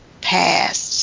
past